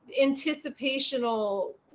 anticipational